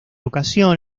ocasión